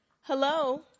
Hello